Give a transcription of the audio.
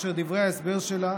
אשר כאמור דברי ההסבר שלה